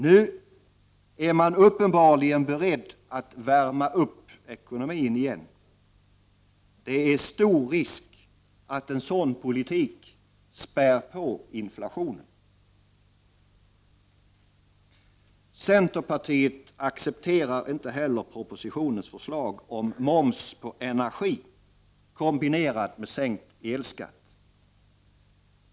Nu är man uppenbarligen beredd att värma upp ekonomin igen. Det är stor risk att en sådan politik spär på inflationen. Centern accepterar inte heller propositionens förslag om moms på energi kombinerad med sänkt elskatt.